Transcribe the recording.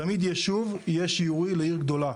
תמיד ישוב יהיה שיעורי לעיר גדולה.